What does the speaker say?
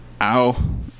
Ow